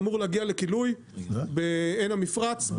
ואמור להגיע לכילוי בעין המפרץ,